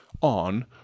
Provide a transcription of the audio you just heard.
on